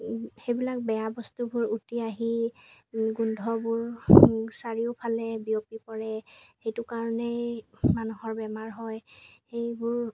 সেইবিলাক বেয়া বস্তুবোৰ উটি আহি গোন্ধবোৰ চাৰিওফালে বিয়পি পৰে সেইটো কাৰণেই মানুহৰ বেমাৰ হয় সেইবোৰ